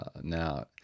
now